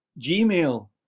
Gmail